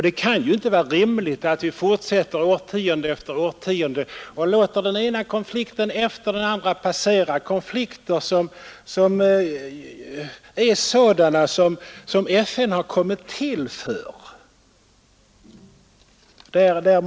Det kan ju inte vara rimligt att vi fortsätter årtionde efter årtionde och låter den ena konflikten efter den andra passera — sådana konflikter som FN är till för att lösa.